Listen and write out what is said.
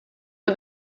for